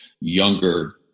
younger